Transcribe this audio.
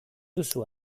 duzu